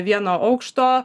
vieno aukšto